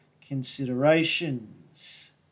Considerations